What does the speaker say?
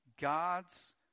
God's